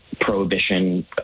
prohibition